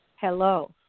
hello